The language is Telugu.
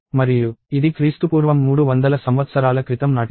మరియు ఇది క్రీస్తుపూర్వం 300 సంవత్సరాల క్రితం నాటిది